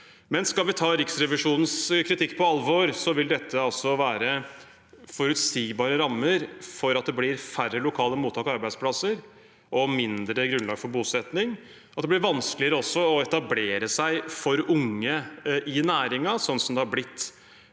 Men skal vi ta Riksrevisjonens kritikk på alvor, vil dette være forutsigbare rammer for at det blir færre lokale mottak og arbeidsplasser og mindre grunnlag for bosetting, og at det også blir vanskeligere for unge i næringen å etablere